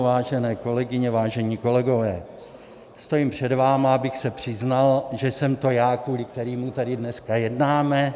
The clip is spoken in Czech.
Vážené kolegyně, vážení kolegové, stojím před vámi, abych se přiznal, že jsem to já, kvůli kterému tady dneska jednáme.